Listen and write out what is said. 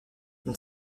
une